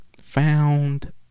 found